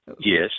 yes